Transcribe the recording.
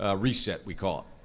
ah reset, we call it.